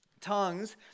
Tongues